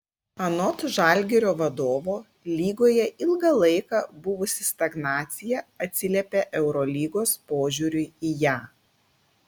anot žalgirio vadovo lygoje ilgą laiką buvusi stagnacija atsiliepė eurolygos požiūriui į ją